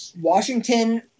Washington